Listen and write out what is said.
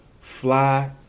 fly